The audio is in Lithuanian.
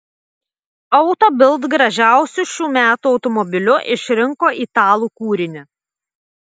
auto bild gražiausiu šių metų automobiliu išrinko italų kūrinį